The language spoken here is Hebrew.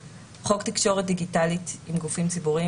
לפי העניין: (1)לעניין פרק ב' גוף שנותן שירות לציבור,